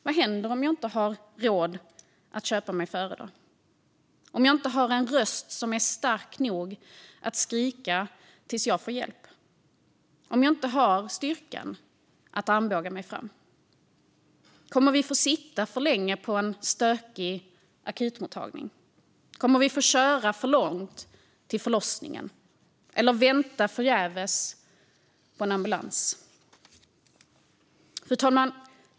Vad händer om jag inte har råd att köpa mig före, om jag inte har en röst som är stark nog att skrika tills jag får hjälp och om jag inte har styrkan att armbåga mig fram? Kommer vi att få sitta för länge på en stökig akutmottagning? Kommer vi att få köra långt till förlossningen eller vänta förgäves på en ambulans? Fru talman!